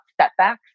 setbacks